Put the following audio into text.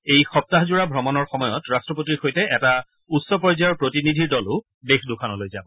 এই সপ্তাহজোৰা ভ্ৰমণৰ সময়ত ৰট্টপতিৰ সৈতে এটা উচ্চ পৰ্যায়ৰ প্ৰতিনিধিৰ দলো দেশ দুখনলৈ যাব